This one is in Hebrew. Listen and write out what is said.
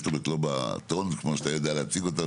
זאת אומרת לא בטון כמו שאתה יודע להציג אותו,